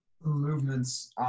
Movements